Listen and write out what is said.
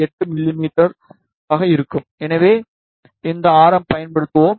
8 மிமீ இருக்கும் எனவே இந்த ஆரம் பயன்படுத்துவோம்